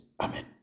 Amen